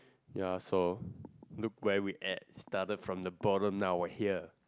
ya so look where we at started from the bottom now were here